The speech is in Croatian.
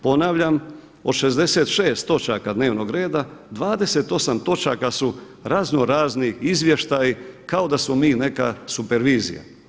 Ponavljam, od 66 točaka dnevnog reda, 28 točaka su raznorazni izvještaji kao da smo mi neka supervizija.